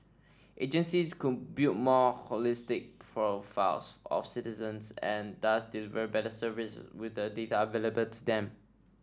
agencies could build more holistic profiles of citizens and thus deliver better service with the data available to them